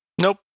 Nope